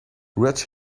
rich